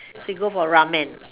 so you go for ramen ah